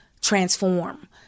transform